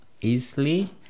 easily